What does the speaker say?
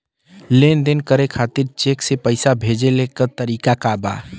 लेन देन करे खातिर चेंक से पैसा भेजेले क तरीकाका बा?